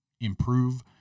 improve